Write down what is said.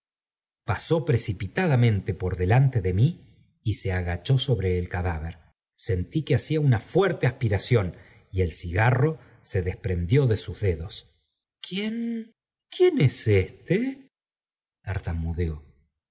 pasó precipitadamente por delante de mí y se agachó sobre el cadáver sentí que hacía una fuerte aspiración y el cigarro se desprendió de sus dedos quién quién es éste tartamudeó